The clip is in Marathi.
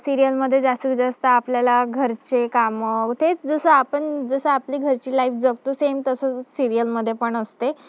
सिरियलमध्ये जास्तीत जास्त आपल्याला घरचे कामं तेच जसं आपण जसं आपली घरची लाईफ जगतो सेम तसं सिरियलमध्ये पण असते